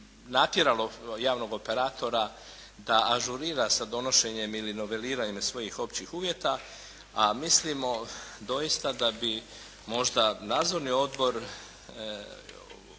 natjeralo javnog operatora da ažurira sa donošenjem ili novelira u ime svojih općih uvjeta a mislimo da doista da bi možda Nadzorni odbor